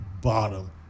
bottom